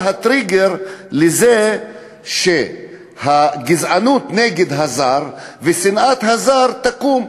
הטריגר לזה שהגזענות נגד הזר ושנאת הזר תקום.